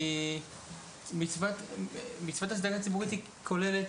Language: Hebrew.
כי מצוות הסדרה ציבורית כוללת,